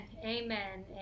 amen